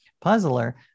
puzzler